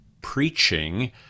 preaching